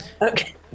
okay